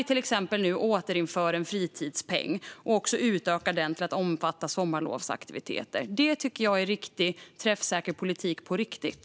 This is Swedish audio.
Till exempel återinför vi nu en fritidspeng och utökar den till att omfatta sommarlovsaktiviteter. Det tycker jag är träffsäker politik på riktigt.